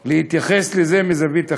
להתייחס לזה מזווית אחרת,